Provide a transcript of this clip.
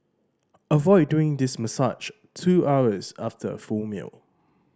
avoid doing this massage two hours after a full meal